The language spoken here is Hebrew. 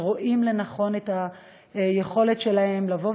שרואים לנכון ושיש להם היכולת לבוא